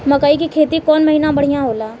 मकई के खेती कौन महीना में बढ़िया होला?